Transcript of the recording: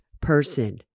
person